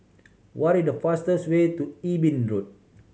what is the fastest way to Eben Road